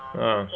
ah